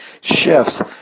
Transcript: shifts